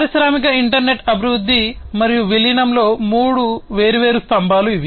పారిశ్రామిక ఇంటర్నెట్ అభివృద్ధి మరియు విలీనంలో మూడు వేర్వేరు స్తంభాలు ఇవి